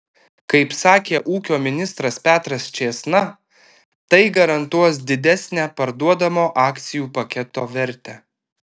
kaip sakė ūkio ministras petras čėsna tai garantuos didesnę parduodamo akcijų paketo vertę